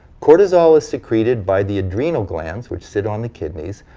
cortisol is secreted by the adrenal glands, which sit on the kidneys,